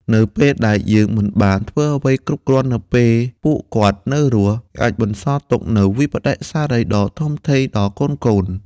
នៅពេលដែលយើងមិនបានធ្វើអ្វីគ្រប់គ្រាន់នៅពេលពួកគាត់នៅរស់ អាចបន្សល់ទុកនូវវិប្បដិសារីដ៏ធំធេងដល់កូនៗ។